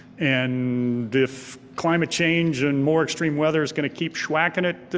and if climate change and more extreme weather is gonna keep shwacking it,